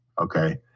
Okay